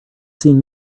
seen